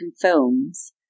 films